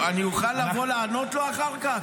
אני אוכל לבוא לענות לו אחר כך?